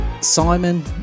Simon